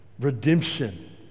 redemption